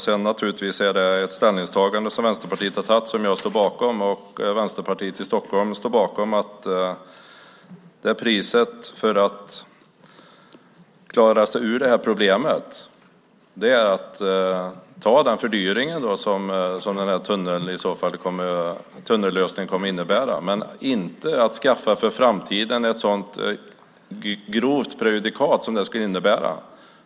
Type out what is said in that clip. Jag står bakom Vänsterpartiets ställningstagande, och Vänsterpartiet i Stockholm står bakom att man får ta den fördyring som en tunnellösning skulle innebära. Vi vill inte för framtiden skaffa ett så grovt prejudikat som detta skulle innebära.